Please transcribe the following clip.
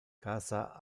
casa